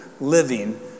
living